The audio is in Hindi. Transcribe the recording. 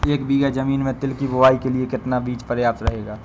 एक बीघा ज़मीन में तिल की बुआई के लिए कितना बीज प्रयाप्त रहेगा?